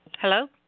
Hello